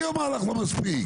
אני אומר לכם שמספיק.